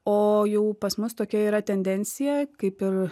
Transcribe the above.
o jau pas mus tokia yra tendencija kaip ir